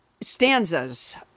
stanzas